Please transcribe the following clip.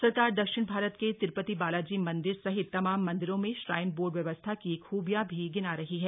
सरकार दक्षिण भारत के तिरुपति बालाजी मंदिर सहित तमाम मंदिरों में श्राइन बोर्ड व्यवस्था की खूबियां भी गिना रही है